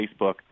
Facebook